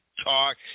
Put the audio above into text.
talk